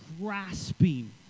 grasping